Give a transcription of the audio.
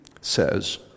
says